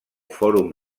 fòrum